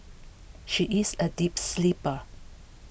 she is a deep sleeper